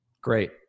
Great